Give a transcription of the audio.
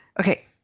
Okay